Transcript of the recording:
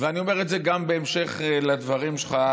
ואני אומר את זה גם בהמשך לדברים שלך,